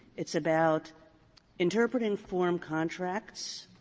it's about interpreting form contracts,